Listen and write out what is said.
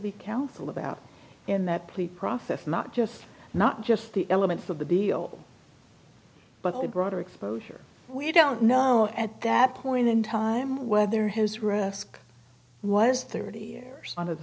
be counsel about and that plea process not just not just the elements of the deal but the broader exposure we don't know at that point in time whether his rescue was thirty years on of th